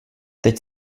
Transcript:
teď